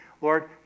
Lord